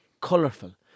colourful